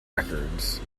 records